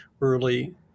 early